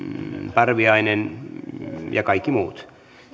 parviainen ja kaikki muut